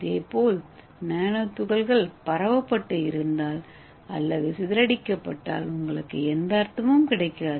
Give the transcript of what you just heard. இதேபோல் நானோ துகள்கள் பரவப்பட்டு இருந்தால் அல்லது சிதறடிக்கப்பட்டால் உங்களுக்கு எந்த அர்த்தமும் கிடைக்காது